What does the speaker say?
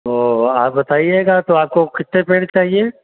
तो आप बताइएगा तो आपको कितने पेड़ चाहिए